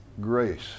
grace